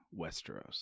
Westeros